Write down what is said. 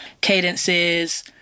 cadences